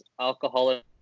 alcoholic